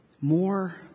More